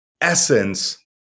essence